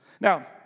Now